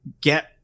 get